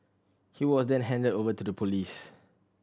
he was then handed over to the police